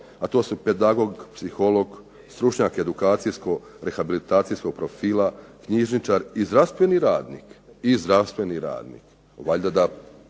a to su pedagog, psiholog, stručnjak edukacijsko-rehabilitacijskog profila, knjižničar i zdravstveni radnik